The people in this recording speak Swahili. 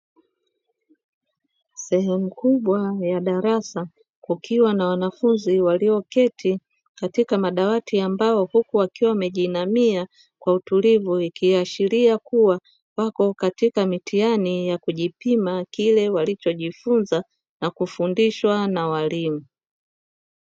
Sehemu kubwa ya darasa, kukiwa na wanafunzi walioketi katika madawati ya mbao, huku wakiwa wamejiinamia kwa utulivu, ikiashiria kuwa wako katika mitihani ya kujipima kile walichojifunza na kufundishwa na waalimu.